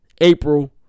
April